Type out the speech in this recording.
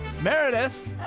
Meredith